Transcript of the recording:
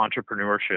entrepreneurship